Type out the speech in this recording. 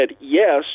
Yes